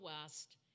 west